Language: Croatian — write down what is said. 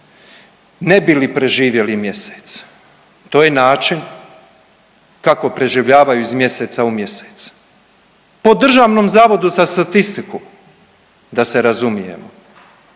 ne bi li preživjeli mjesec, to je način kako preživljavaju iz mjeseca u mjesec. Po Državnom zavodu za statistiku da se razumijemo